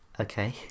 Okay